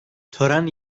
tören